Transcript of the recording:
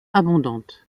abondante